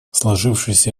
сложившаяся